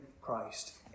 Christ